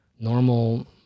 normal